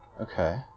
Okay